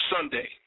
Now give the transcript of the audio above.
Sunday